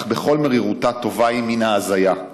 אך בכל מרירותה טובה היא מן ההזיה.